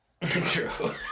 True